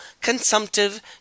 consumptive